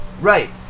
Right